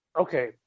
Okay